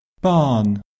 barn